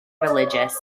religious